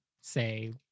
say